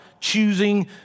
choosing